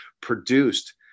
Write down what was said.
produced